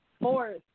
fourth